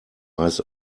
eyes